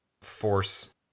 force